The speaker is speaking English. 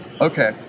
okay